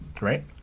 Right